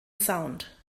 sound